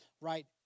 right